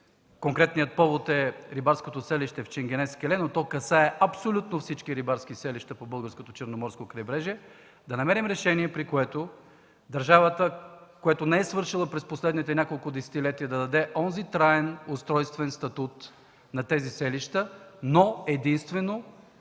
Конкретният повод е рибарското селище в „Ченгенез келе”, но то касае абсолютно всички рибарски селища по българското черноморско крайбрежие. Трябва да намерим решение, при което държавата, което не е свършила през последните няколко десетилетия, да даде онзи траен устройствен статут на тези селища, но единствено